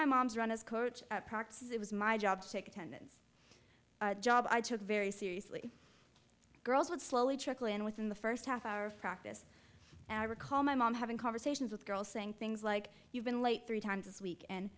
my mom's run as coach park says it was my job to take attendance a job i took very seriously girls would slowly trickle in within the first half hour of practice and i recall my mom having conversations with girls saying things like you've been late three times this week and